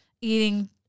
eating